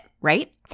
right